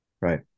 Right